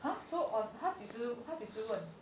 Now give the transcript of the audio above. !huh! so on 他几时他几时问